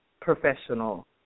professional